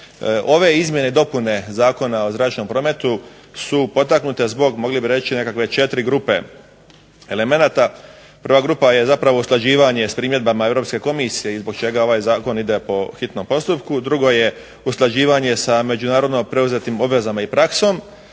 ove izmjene i dopune Zakona u zračnom prometu su potaknute zbog mogli bi reći nekakve 4 grupe elemenata. Prva grupa je zapravo usklađivanje s primjedbama Europske komisije i zbog čega ovaj zakon ide po hitnom postupku. Drugo je usklađivanje sa međunarodno preuzetim obvezama i praksom.